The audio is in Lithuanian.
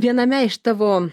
viename iš tavo